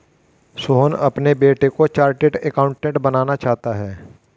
सोहन अपने बेटे को चार्टेट अकाउंटेंट बनाना चाहता है